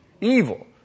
Evil